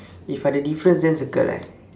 if ada difference then circle leh